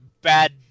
bad